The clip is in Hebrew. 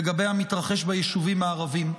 לגבי המתרחש ביישובים הערביים.